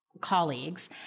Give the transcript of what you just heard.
colleagues